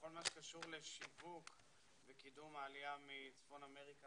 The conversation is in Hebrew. בכל מה שקשור לשיווק וקידום העלייה מצפון אמריקה,